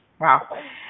Wow